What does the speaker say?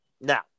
Now